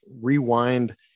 rewind